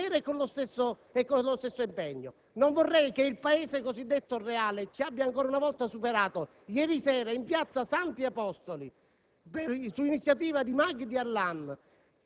non trattasse questo argomento alla stessa maniera e con lo stesso impegno. Non vorrei che il Paese cosiddetto reale ci avesse ancora una volta superati; ieri sera in piazza Santi Apostoli,